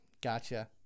Gotcha